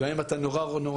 גם אם אתה נורא רוצה,